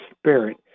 Spirit